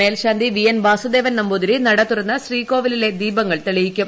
മേൽശാന്തി V N Vasudevan Namboothiri നട തുറന്ന് ശ്രീകോവിലിലെ ദീപങ്ങൾ തെളിയിക്കും